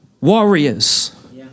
warriors